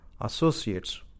associates